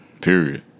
Period